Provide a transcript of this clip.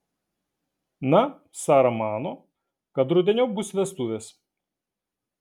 na sara mano kad rudeniop bus vestuvės